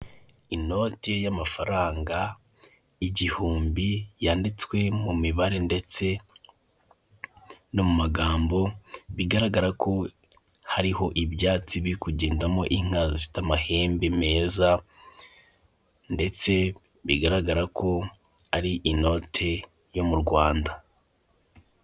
Inoti y'amafaranga igihumbi yanditswe mu mibare ndetse no mu magambo, bigarara ko hari ho ibyasti biri kugenda mo inka zifite amahembe meza, ndetse bigaragara ko ari inote yo mu Rwanda.